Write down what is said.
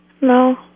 No